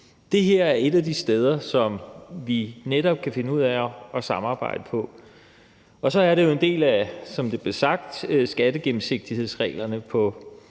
Det her er et af de steder, som vi netop kan finde ud af at samarbejde på. Og så er det, som det blev sagt, en del af skattegennemsigtighedsreglerne på